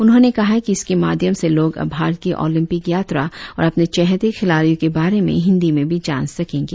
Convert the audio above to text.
उन्होंने कहा कि इसके माध्यम से लोग अब भारत की ओलंपिक यात्रा और अपने चेहते खिलाड़ियों के बारे में हिंदी में भी जान सकेंगे